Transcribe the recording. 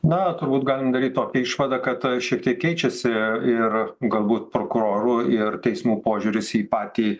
na turbūt galim daryt tokią išvadą kad tai šiek tiek keičiasi ir galbūt prokurorų ir teismų požiūris į patį